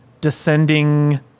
descending